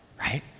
right